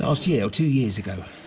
ah yeah two years ago.